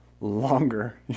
longer